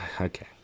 okay